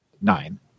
nine